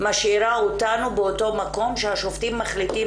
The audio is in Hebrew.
משאיר אותנו באותו מקום שהשופטים מחליטים